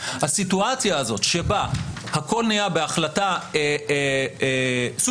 הסיטואציה הזאת שבה הכול נהיה בהחלטה סובייקטיבית